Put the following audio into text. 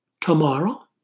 tomorrow